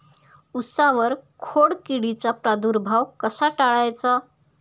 उसावर खोडकिडीचा प्रादुर्भाव कसा टाळायचा?